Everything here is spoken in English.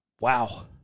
Wow